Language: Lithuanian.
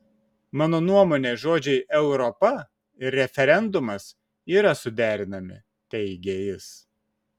mano nuomone žodžiai europa ir referendumas yra suderinami teigė jis